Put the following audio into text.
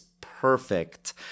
perfect